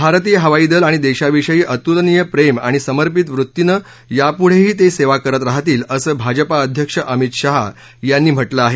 भारतीय हवाई दल आणि देशाविषयी अतुलनीय प्रेम आणि समपित वृत्तीनं यापुढेही ते सेवा करत राहतील असं भाजपा अध्यक्ष अमित शाह यांनी म्हटलं आहे